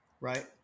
Right